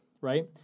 right